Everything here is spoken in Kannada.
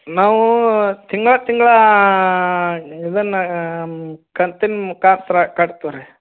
ನಾವು ತಿಂಗಳ ತಿಂಗಳ ಇದನ್ನು ಕಂತಿನ ಮುಖಾಂತರ ಕಟ್ತೇವೆ ರೀ